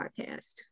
podcast